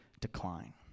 decline